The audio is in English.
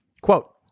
Quote